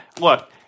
Look